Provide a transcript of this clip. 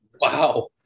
Wow